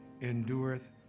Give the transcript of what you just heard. endureth